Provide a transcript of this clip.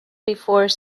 before